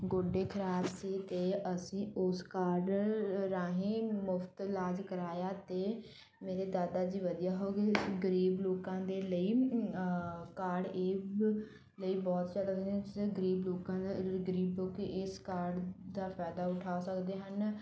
ਗੋਡੇ ਖਰਾਬ ਸੀ ਅਤੇ ਅਸੀਂ ਉਸ ਕਾਰਡ ਰਾਹੀਂ ਮੁਫ਼ਤ ਇਲਾਜ ਕਰਾਇਆ ਅਤੇ ਮੇਰੇ ਦਾਦਾ ਜੀ ਵਧੀਆ ਹੋਗੇ ਗਰੀਬ ਲੋਕਾਂ ਦੇ ਲਈ ਕਾਰਡ ਇਹ ਲਈ ਬਹੁਤ ਜ਼ਿਆਦਾ ਗਰੀਬ ਲੋਕਾਂ ਦਾ ਗਰੀਬ ਲੋਕ ਇਸ ਕਾਰਡ ਦਾ ਫਾਇਦਾ ਉਠਾ ਸਕਦੇ ਹਨ